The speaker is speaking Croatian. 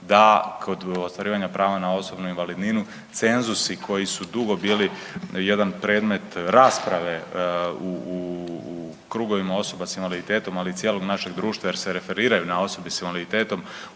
da kod ostvarivanja prava na osobnu invalidninu cenzusi koji su dugo bili jedan predmet rasprave u krugovima osoba s invaliditetom ali i cijelog našeg društva jer se referiraju na osobe s invaliditetom